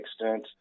extent